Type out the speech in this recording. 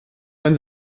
man